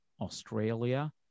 Australia